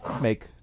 make